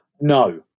No